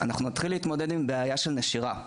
אנחנו נתחיל להתמודד עם בעיה של נשירה.